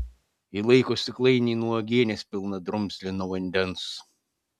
ji laiko stiklainį nuo uogienės pilną drumzlino vandens